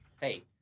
hey